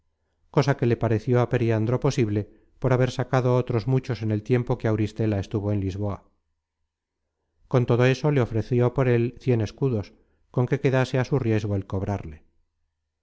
cosa que le pareció á periandro posible por haber sacado otros muchos en el tiempo que auristela estuvo en lisboa con todo eso le ofreció por él cien es cudos con que quedase á su riesgo el cobrarle